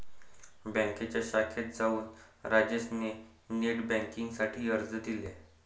बँकेच्या शाखेत जाऊन राजेश ने नेट बेन्किंग साठी अर्ज दिले